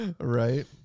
right